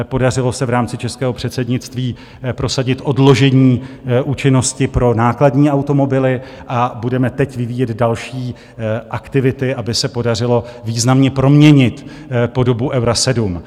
Podařilo se v rámci českého předsednictví prosadit odložení účinnosti pro nákladní automobily a budeme teď vyvíjet další aktivity, aby se podařilo významně proměnit podobu Eura 7.